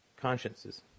consciences